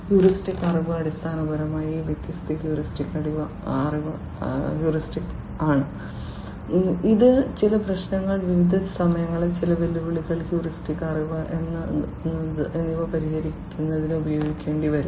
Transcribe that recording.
heuristic അറിവ് അടിസ്ഥാനപരമായി ഈ വ്യത്യസ്ത ഹ്യൂറിസ്റ്റിക്സ് ആണ് അത് ചില പ്രശ്നങ്ങൾ വിവിധ സമയങ്ങളിലെ ചില വെല്ലുവിളികൾ ഹ്യൂറിസ്റ്റിക് അറിവ് എന്നിവ പരിഹരിക്കുന്നതിന് ഉപയോഗിക്കേണ്ടി വരും